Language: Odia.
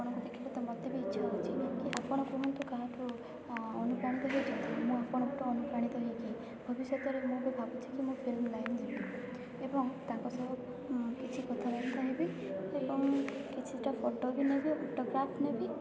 ଆପଣଙ୍କୁ ଦେଖିଲେ ତ ମୋତେ ବି ଇଚ୍ଛା ହେଉଛି କି ଆପଣ କୁହନ୍ତୁ କାହାଠୁ ଅନୁପ୍ରାଣିତ ହୋଇଛନ୍ତି ମୁଁ ଆପଣଙ୍କଠୁ ଅନୁପ୍ରାଣିତ ହୋଇକି ଭବିଷ୍ୟତରେ ମୁଁ ଭାବୁଛି କି ମୁଁ ଫିଲ୍ମ ଲାଇନ୍ ଯିବି ଏବଂ ତାଙ୍କ ସହ କିଛି କଥାବାର୍ତ୍ତା ହେବି ଏବଂ କିଛିଟା ଫୋଟୋ ବି ନେବି ଅଟୋଗ୍ରାଫ୍ ନେବି